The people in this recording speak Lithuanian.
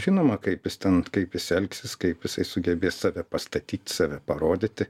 žinoma kaip jis ten kaip jis elgsis kaip jisai sugebės save pastatyt save parodyti